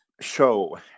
show